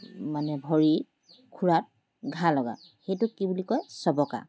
মানে ভৰিত খোৰাত ঘা লগা সেইটোক কি বুলি কয় চবকা